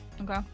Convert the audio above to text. Okay